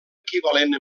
equivalent